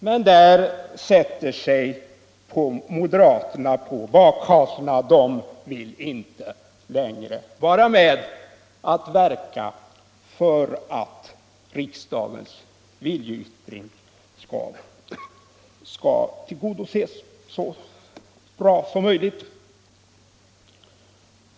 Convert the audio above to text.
Men där sätter sig moderaterna på bakhasorna. De vill inte längre vara med och verka för att riksdagens viljeyttring skall tillgodoses så väl som möjligt.